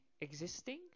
existing